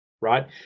right